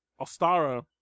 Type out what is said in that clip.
Ostara